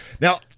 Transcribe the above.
Now